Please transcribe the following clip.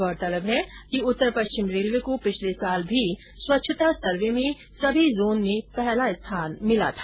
गौरतलब है कि उत्तर पश्चिम रेलवे को पिछले साल भी स्वच्छता सर्वे में सभी जोन में पहला स्थान प्राप्त हुआ था